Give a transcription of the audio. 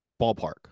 ballpark